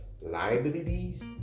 liabilities